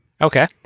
okay